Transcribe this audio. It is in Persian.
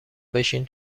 بشین